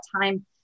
time